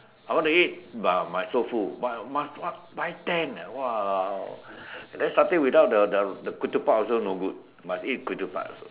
I want to eat but I'm so full but must what buy ten ah !wow! then the satay without the the ketupat also no good must eat with ketupat also